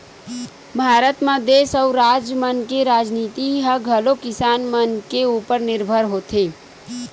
भारत म देस अउ राज मन के राजनीति ह घलोक किसान मन के उपर निरभर होथे